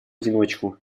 одиночку